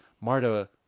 Marta